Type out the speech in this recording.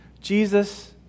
jesus